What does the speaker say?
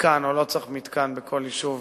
מתקן או לא צריך מתקן בכל יישוב